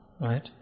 Right